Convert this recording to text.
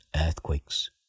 earthquakes